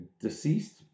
deceased